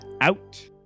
out